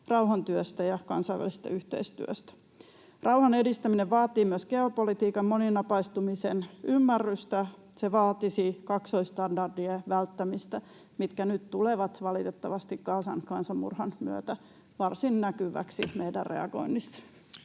rauhantyöstä ja kansainvälisestä yhteistyöstä. Rauhan edistäminen vaatii myös geopolitiikan moninapaistumisen ymmärrystä, se vaatisi kaksoisstandardien välttämistä, mitkä nyt tulevat valitettavasti Gazan kansanmurhan myötä varsin näkyväksi [Puhemies